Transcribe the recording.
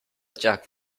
jack